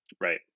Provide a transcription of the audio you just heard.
Right